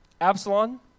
Absalom